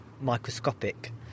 microscopic